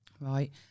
Right